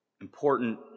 important